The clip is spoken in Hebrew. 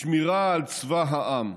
בשמירה על צבא העם,